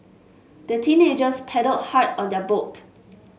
the teenagers paddled hard on their boat